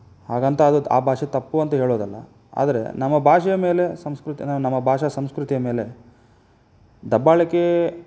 ಹಾಗಂತ ಅದು ಆ ಭಾಷೆ ತಪ್ಪು ಅಂತ ಹೇಳೋದಲ್ಲ ಆದರೆ ನಮ್ಮ ಭಾಷೆಯ ಮೇಲೆ ಸಂಸ್ಕೃತಿ ನಮ್ಮ ಭಾಷಾ ಸಂಸ್ಕೃತಿಯ ಮೇಲೆ ದಬ್ಬಾಳಿಕೆ